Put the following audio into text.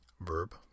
Verb